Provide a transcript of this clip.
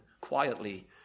quietly